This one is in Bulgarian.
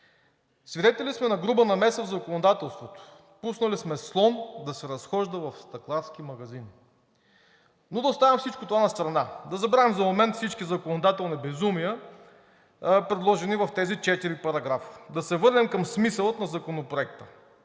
Свидетели сме на груба намеса в законодателството – пуснали сме слон да се разхожда в стъкларски магазин. Но да оставим всичко това настрана, да забравим за момент всички законодателни безумия, предложени в тези четири параграфа и да се върнем към смисъла на Законопроекта.